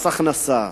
מס הכנסה,